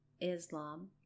Islam